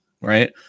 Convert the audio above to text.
right